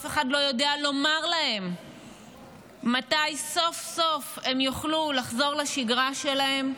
אף אחד לא יודע לומר להם מתי סוף-סוף הם יוכלו לחזור לשגרה שלהם.